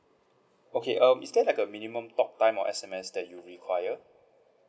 okay um is there like a minimum talk time or S_M_S that you require